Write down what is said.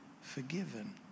forgiven